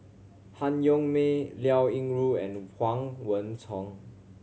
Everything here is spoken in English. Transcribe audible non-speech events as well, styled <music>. Han Yong May Liao Yingru and Huang <unintelligible>